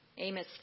Amos